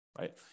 right